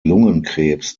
lungenkrebs